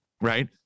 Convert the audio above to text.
right